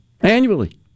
annually